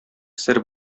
сер